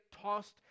tossed